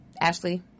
Ashley